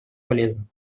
полезным